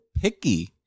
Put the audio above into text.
picky